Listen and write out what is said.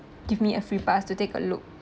give me a free pass to take a look